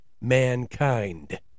mankind